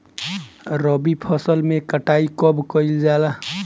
रबी फसल मे कटाई कब कइल जाला?